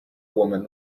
woman